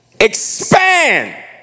expand